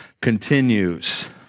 Continues